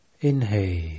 Inhale